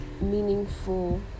meaningful